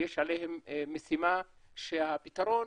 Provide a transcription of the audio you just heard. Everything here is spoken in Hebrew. יש עליהם משימה שהפתרון